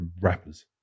rappers